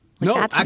No